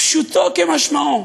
פשוטו כמשמעו: